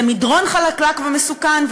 זה מדרון חלקלק ומסוכן,